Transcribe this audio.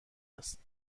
است